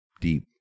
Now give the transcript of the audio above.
deep